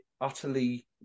utterly